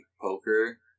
poker